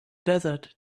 desert